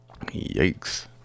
Yikes